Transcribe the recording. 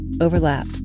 overlap